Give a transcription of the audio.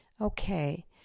Okay